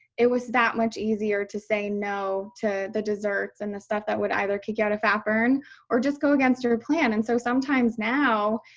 it was that much easier to say no to the desserts and the stuff that would either kick out a fat burn or just go against your plan. and so sometimes now,